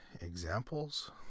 examples